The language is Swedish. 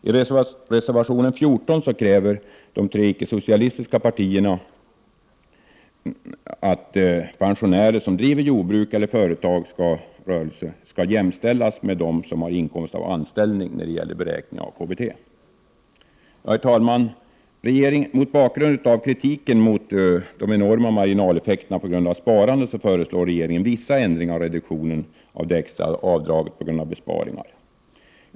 I reservationen 14 kräver de tre icke-socialistiska partierna att pensionärer som driver jordbruk eller rörelse skall när det gäller KBT jämställas med dem som har inkomst av anställning. Herr talman! Mot bakgrund av kritiken mot de enorma marginaleffekterna för sparande föreslår regeringen vissa ändringar av reduktionen av det extra avdraget på grund av besparingar.